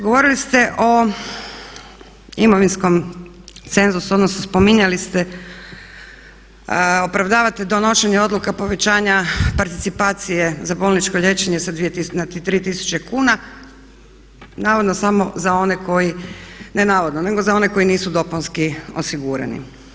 Govorili ste o imovinskom cenzusu odnosno spominjali ste opravdavate donošenje odluka povećanja participacije za bolničko liječenje na 3 tisuće kuna, navodno samo za one koji ne navodno, ne one koji nisu dopunsko osigurani.